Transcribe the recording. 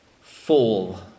full